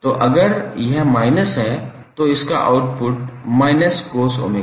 तो अगर यह माइनस है तो आपका आउटपुट −cos𝜔𝑡 होगा